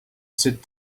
sit